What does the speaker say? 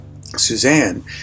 Suzanne